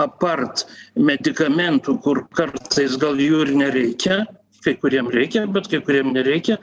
apart medikamentų kur kartais gal jų ir nereikia kai kuriem reikia bet kai kuriem nereikia